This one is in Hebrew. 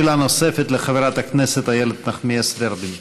שאלה נוספת לחברת הכנסת איילת נחמיאס ורבין.